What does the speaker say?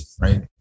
right